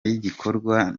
y’igikorwa